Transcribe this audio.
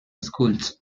schools